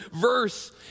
verse